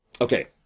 Okay